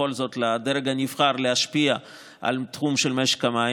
בכל זאת, לדרג הנבחר להשפיע על תחום משק המים.